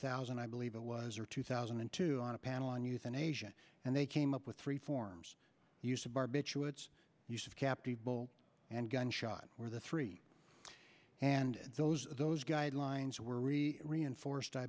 thousand i believe it was or two thousand and two on a panel on euthanasia and they came up with three forms used to barbiturates use of captive ball and gunshot or the three and those those guidelines were really reinforced i